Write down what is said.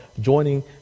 joining